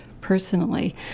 personally